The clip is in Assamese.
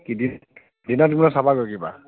চাবাগৈ কিবা